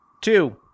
Two